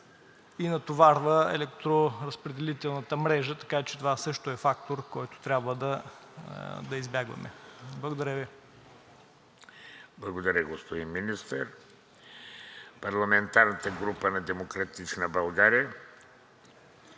и натоварва електроразпределителната мрежа, така че това също е фактор, който трябва да избягваме. Благодаря Ви. ПРЕДСЕДАТЕЛ ВЕЖДИ РАШИДОВ: Благодаря, господин Министър. Парламентарната група на „Демократична България“